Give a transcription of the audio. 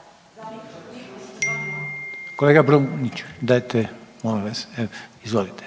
**Opačak Bilić, Marina (Nezavisni)**